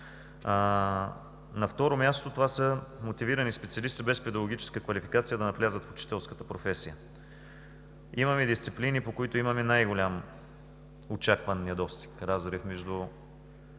На второ място, мотивирани специалисти без педагогическа квалификация да навлязат в учителската професия. Имаме дисциплини, по които имаме най-голям очакван недостиг, разрив между